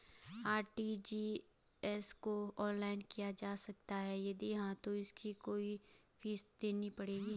RTGS को online किया जा सकता है यदि हाँ तो इसकी कोई फीस देनी पड़ती है?